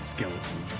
Skeleton